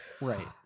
Right